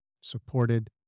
supported